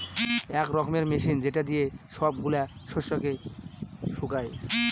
এক রকমের মেশিন যেটা দিয়ে সব গুলা শস্যকে শুকায়